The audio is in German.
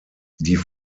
die